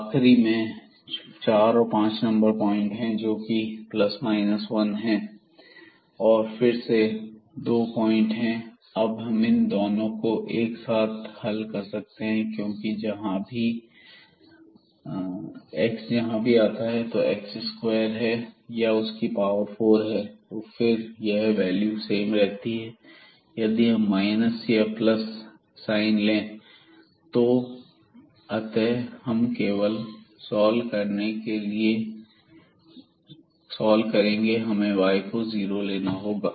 आखरी में 4 और 5 नंबर पॉइंट है जोकि ±10 हैं यह फिर से 2 पॉइंट है और हम इन दोनों को एक साथ हल कर सकते हैं क्योंकि x जहां भी आता है या तो स्क्वायर है या उसकी पावर फोर है तो फिर यह वैल्यू सेम रहती है यदि हम माइनस या प्लस साइन ले तो अतः जब हम r को सॉल्व करेंगे हमें y को 0 लेना होगा